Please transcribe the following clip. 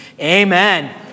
amen